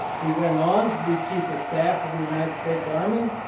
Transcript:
he went on to be chief of staff of the united states army.